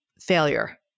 failure